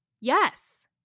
yes